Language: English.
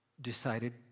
decided